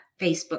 Facebook